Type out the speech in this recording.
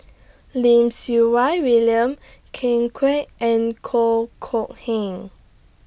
Lim Siew Wai William Ken Kwek and Kok Kok Heng